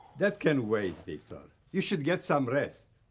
that can wait, victor. you should get some rest.